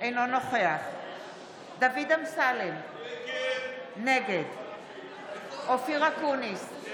אינו נוכח דוד אמסלם, נגד אופיר אקוניס,